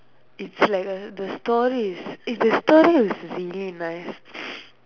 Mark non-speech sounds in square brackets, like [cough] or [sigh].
it's like a the story is eh the story is really nice [noise]